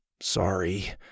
Sorry